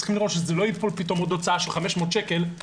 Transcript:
צריך לראות שלא תיפול פתאום עוד הוצאה של 500 שקל על המטופל,